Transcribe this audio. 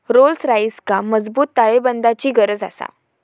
Rolls रॉइसका मजबूत ताळेबंदाची गरज आसा